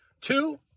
Two